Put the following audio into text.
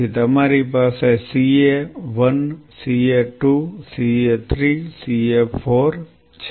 તેથી તમારી પાસે CA 1 CA 2 CA 3 CA 4 છે